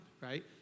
right